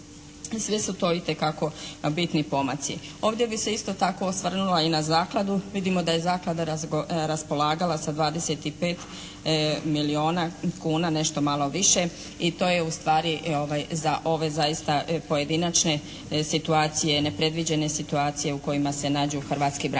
Sve su to itekako bitni pomaci. Ovdje bi se isto tako osvrnula i na zakladu. Vidimo da je zaklada raspolagala sa 25 milijuna kuna, nešto malo više i to je ustvari za ove zaista pojedinačne situacije, nepredviđene situacije u kojima se nađu hrvatski branitelji.